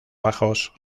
bajos